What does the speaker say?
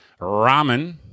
ramen